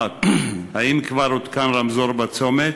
1. האם כבר הותקן רמזור בצומת?